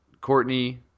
Courtney